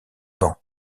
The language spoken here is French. banc